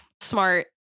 smart